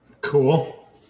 Cool